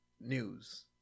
news